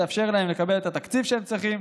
יאפשר להם לקבל את התקציב שהם צריכים,